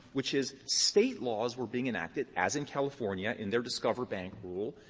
which is state laws were being enacted, as in california in their discover bank rule,